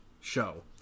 show